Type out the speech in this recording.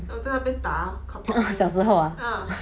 我就在那边打啊 carpark 那边小时候 ah